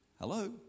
Hello